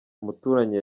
umuturanyi